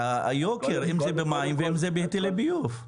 אם זה במים ואם זה בהיטלי ביוב.